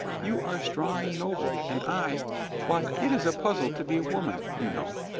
you are strong and noble, and i a why it is a puzzle to be a woman, you know.